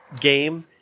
game